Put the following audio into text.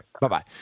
Bye-bye